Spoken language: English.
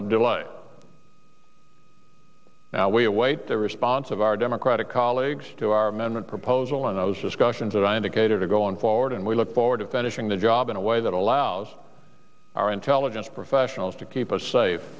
delay now we await the response of our democratic colleagues to our amendment proposal and those discussions that i indicated to go on forward and we look forward to finishing the job in a way that allows our intelligence professionals to keep us safe